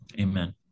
Amen